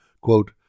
Quote